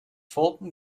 folgten